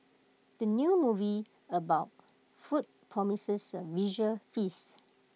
the new movie about food promises A visual feast